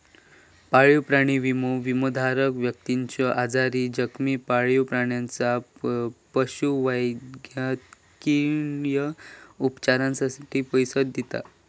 पाळीव प्राणी विमो, विमोधारक व्यक्तीच्यो आजारी, जखमी पाळीव प्राण्याच्या पशुवैद्यकीय उपचारांसाठी पैसो देता